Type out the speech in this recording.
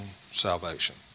salvation